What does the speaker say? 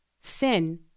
sin